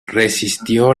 resistió